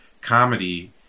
comedy